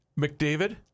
McDavid